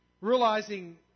Realizing